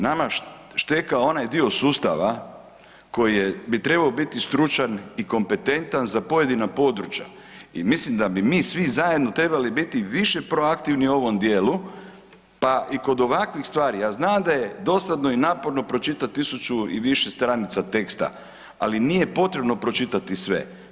Nama šteka onaj dio sustava koji bi trebao biti stručan i kompetentan za pojedina područja i mislim da bi mi svi zajedno trebali biti više proaktivni u ovom dijelu, pa i kod ovakvih stvari, ja znam da je dosadno i naporno pročitati 1000 i više stranica teksta, ali nije potrebno pročitati sve.